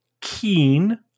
keen